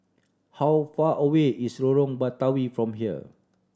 how far away is Lorong Batawi from here